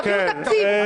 תעבירו תקציב.